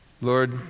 Lord